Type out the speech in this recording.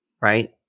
Right